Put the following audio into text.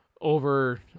over